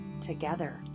together